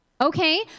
Okay